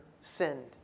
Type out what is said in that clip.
sinned